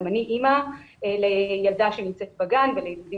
גם אני אימא לילדה שנמצאת בגן ולילדים